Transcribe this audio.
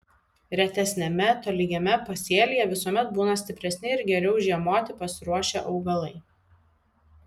retesniame tolygiame pasėlyje visuomet būna stipresni ir geriau žiemoti pasiruošę augalai